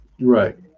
Right